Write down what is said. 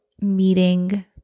meeting